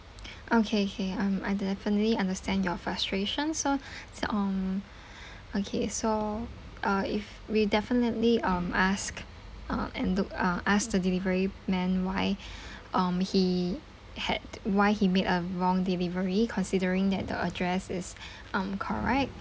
okay okay um I definitely understand your frustration so so um okay so uh if we definitely um ask uh and look uh ask the delivery man why um he had why he made a wrong delivery considering that the address is um correct